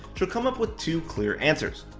she'll come up with two clear answers.